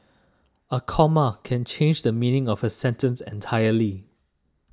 a comma can change the meaning of a sentence entirely